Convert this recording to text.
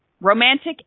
Romantic